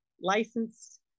licensed